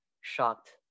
shocked